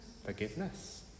Forgiveness